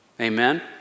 amen